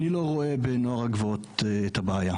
אני לא רואה בנוער הגבעות את הבעיה,